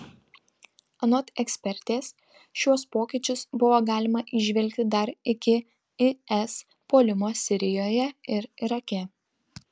anot ekspertės šiuos pokyčius buvo galima įžvelgti dar iki is puolimo sirijoje ir irake